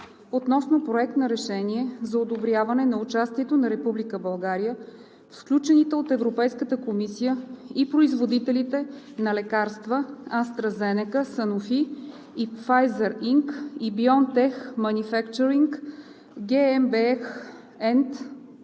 относно Проект на решение за одобряване на участието на Република България в сключените от Европейската комисия и производителите на лекарства AstraZeneca, Sanofi и Pfizer Inc. и BioNTech Manufacturing GmbHand